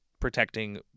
Protecting